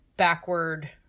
backward